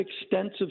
extensive